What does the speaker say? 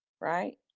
right